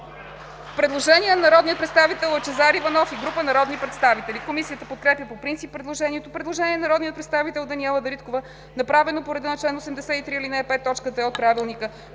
Предложение на народния представител Лъчезар Иванов и група народни представители. Комисията подкрепя по принцип предложението. Предложение на народния представител Даниела Дариткова, направено по реда на чл. 83, ал. 5, т. 2 от ПОДНС.